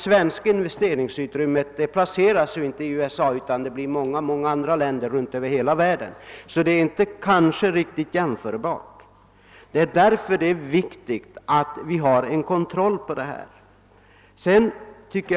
Svenska investeringar görs inte i samma utsträckning i USA utan sprids till många länder runt om i världen. Förhållandena är därför inte helt jämförbara, och det är fortfarande viktigt att vi har en möjlighet till kontroll.